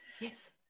yes